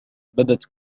بدت